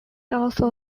also